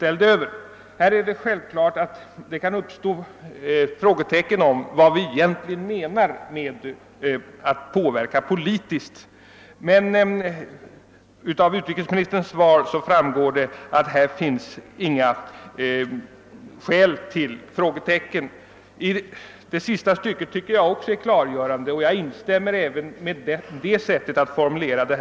Självfallet kan man ha olika uppfattningar om vad som egentligen avses med politisk påverkan, men av utrikesministerns svar framgår att det inte finns några skäl till tvekan på denna punkt. Också det andra stycket i svaret är klargörande.